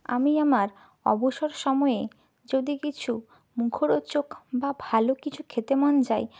আমি আমার অবসর সময়ে যদি কিছু মুখরোচক বা ভালো কিছু খেতে মন যায়